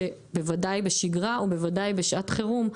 בוודאי בשגרה ובוודאי בשעת חירום,